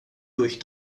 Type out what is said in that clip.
durch